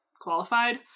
qualified